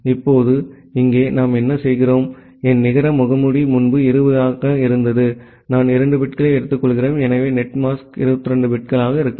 இப்போது இங்கே நாம் என்ன செய்கிறோம் என் நிகர முகமூடி முன்பு 20 ஆக இருந்தது நான் 2 பிட்களை எடுத்துக்கொள்கிறேன் எனவே நெட்மாஸ்க் 22 பிட்களாக இருக்கலாம்